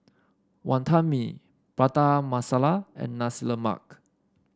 Wonton Mee Prata Masala and Nasi Lemak